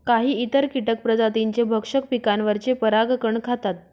काही इतर कीटक प्रजातींचे भक्षक पिकांवरचे परागकण खातात